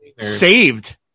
Saved